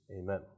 Amen